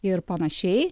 ir panašiai